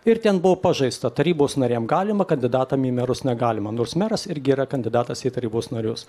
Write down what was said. ir ten buvo pažaista tarybos nariam galima kandidatam į merus negalima nors meras irgi yra kandidatas į tarybos narius